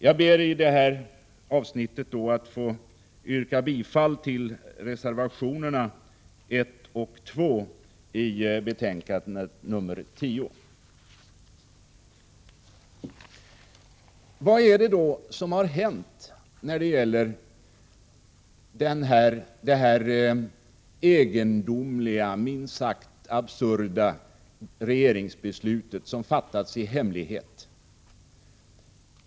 Jag ber i det här avsnittet att få yrka bifall till reservationerna 1 och 2 i betänkande 10. Vad är det då som hänt när det gäller det här egendomliga och minst sagt absurda regeringsbeslutet, som fattats i hemlighet?